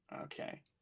Okay